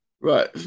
Right